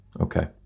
Okay